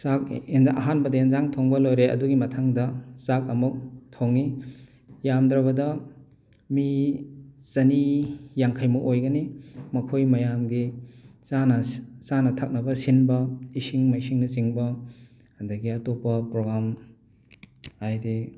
ꯆꯥꯛ ꯑꯍꯥꯟꯕꯗ ꯑꯦꯟꯖꯥꯡ ꯊꯣꯡꯕ ꯂꯣꯏꯔꯦ ꯑꯗꯨꯒꯤ ꯃꯊꯪꯗ ꯆꯥꯛ ꯑꯃꯨꯛ ꯊꯣꯡꯉꯤ ꯌꯥꯝꯗ꯭ꯔꯕꯗ ꯃꯤ ꯆꯅꯤ ꯌꯥꯡꯈꯩꯃꯨꯛ ꯑꯣꯏꯒꯅꯤ ꯃꯈꯣꯏ ꯃꯌꯥꯝꯒꯤ ꯆꯥꯅ ꯆꯥꯅ ꯊꯛꯅꯕ ꯁꯤꯟꯕ ꯏꯁꯤꯡ ꯃꯥꯏꯁꯤꯡꯅꯆꯤꯡꯕ ꯑꯗꯒꯤ ꯑꯇꯣꯞꯄ ꯄ꯭ꯔꯣꯒ꯭ꯔꯥꯝ ꯍꯥꯏꯗꯤ